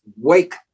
Wake